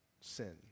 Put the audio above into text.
sin